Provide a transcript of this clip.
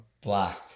black